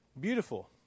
beautiful